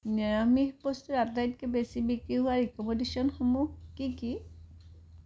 নিৰামিষ বস্তু আটাইতকৈ বেছি বিক্ৰী হোৱা ৰিক'মেণ্ডেশ্যনসমূহ কি কি